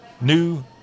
new